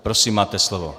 Prosím, máte slovo.